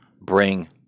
bring